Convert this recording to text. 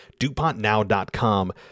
dupontnow.com